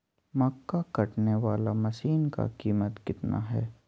मक्का कटने बाला मसीन का कीमत कितना है?